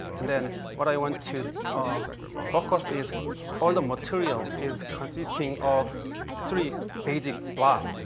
and then what i want to ah focus is all the material is consisting of three basic blocks,